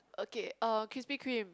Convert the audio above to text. okay uh Krispy Kreme